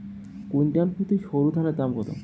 Quintal প্রতি সরুধানের দাম কত?